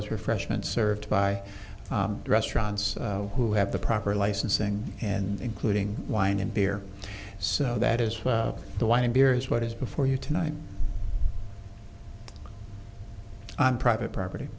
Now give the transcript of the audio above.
as refreshments served by restaurants who have the proper licensing and including wine and beer so that is the wine and beer is what is before you tonight on private property